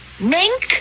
Mink